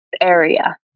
area